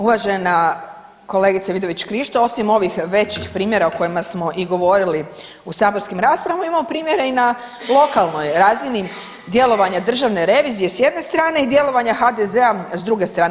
Uvažena kolegice Vidović-Krišto, osim ovih većih primjera o kojima smo i govorili u saborskim raspravama imamo primjere i na lokalnoj razini djelovanja Državne revizije s jedne strane i djelovanja HDZ-a s druge strane.